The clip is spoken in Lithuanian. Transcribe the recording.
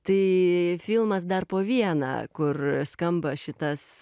tai filmas dar po vieną kur skamba šitas